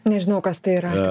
nežinau kas tai yra